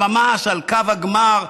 ממש על קו הגמר,